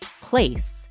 place